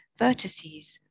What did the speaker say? vertices